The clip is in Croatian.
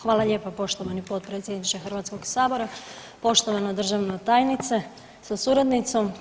Hvala lijepa poštovani potpredsjedniče Hrvatskog sabora, poštovana državna tajnice sa suradnicom.